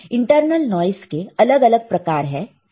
internal noise के अलग अलग प्रकार है